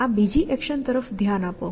આ બીજી એક્શન તરફ ધ્યાન આપો